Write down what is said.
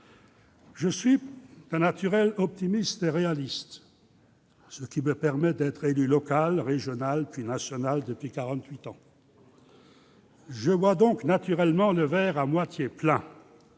Je suis d'un naturel optimiste et réaliste, ce qui m'a permis d'être élu local, régional, puis national depuis quarante-huit ans. Je vois donc naturellement le verre à moitié plein